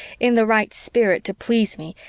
in the right spirit to please me,